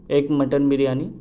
ایک مٹن بریانی